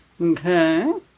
Okay